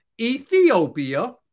Ethiopia